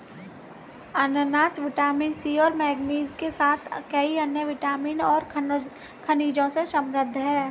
अनन्नास vitamin C और manganese के साथ कई अन्य विटामिन और खनिजों में समृद्ध हैं